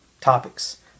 topics